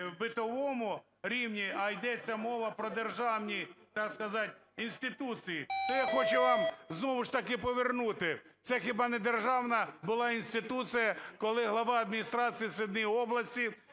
в битовому рівні, а йдеться мова про державні, так сказать, інституції. Це я хочу вам знову ж таки повернути. Це хіба не державна була інституція, коли глава адміністрації східної області,